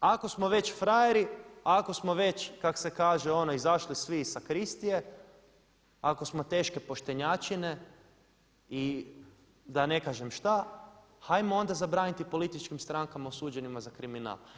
Ako smo već frajeri, ako smo već kako se kaže ono izašli svi iz sakristije, ako smo teške poštenjačine i da ne kažem što ajmo onda zabraniti političkim strankama osuđenima za kriminal.